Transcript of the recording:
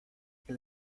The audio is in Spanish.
que